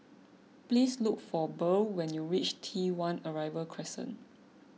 please look for Burl when you reach T one Arrival Crescent